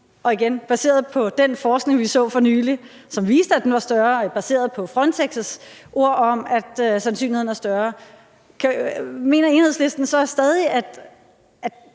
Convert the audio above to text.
Igen: Baseret på den forskning, vi så for nylig, som viste, den var større, altså baseret på Frontex' ord om, at sandsynligheden er større, mener Enhedslisten så stadig, at